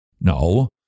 No